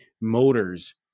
Motors